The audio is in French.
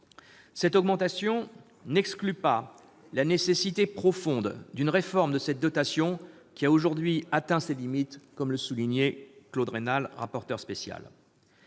Cette augmentation n'exclut pas la nécessité profonde d'une réforme de cette dotation qui a aujourd'hui atteint ses limites, comme le soulignait Claude Raynal, rapporteur spécial.